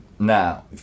Now